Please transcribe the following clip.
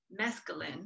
mescaline